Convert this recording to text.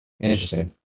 Interesting